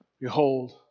Behold